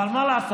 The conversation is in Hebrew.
אבל מה לעשות?